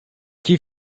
key